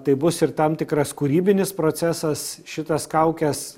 tai bus ir tam tikras kūrybinis procesas šitas kaukes